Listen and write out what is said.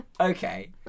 okay